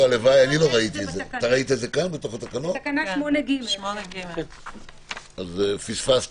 הקדימו